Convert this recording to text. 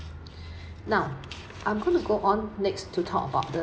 now I'm going to go on next to talk about the